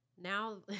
Now